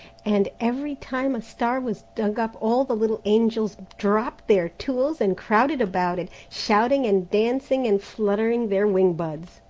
and every time a star was dug up all the little angels dropped their tools and crowded about it, shouting and dancing and fluttering their wing-buds.